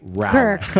Kirk